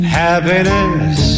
happiness